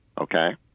okay